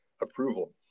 approval